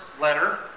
letter